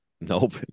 Nope